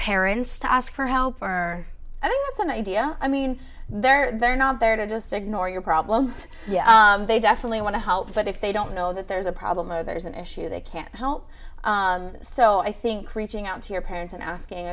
parents to ask for help for i think it's an idea i mean they're not there to just ignore your problems they definitely want to help but if they don't know that there's a problem or there's an issue they can't help so i think reaching out to your parents and asking